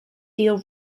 deal